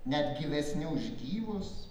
net gyvesni už gyvus